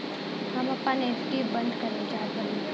हम आपन एफ.डी बंद करल चाहत बानी